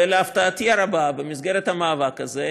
ולהפתעתי הרבה, במסגרת המאבק הזה,